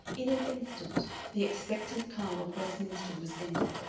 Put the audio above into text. in an instant the expectant calm of westminster was ended,